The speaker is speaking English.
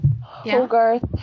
Hogarth